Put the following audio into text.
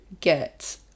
get